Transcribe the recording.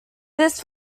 this